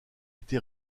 été